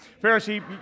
Pharisee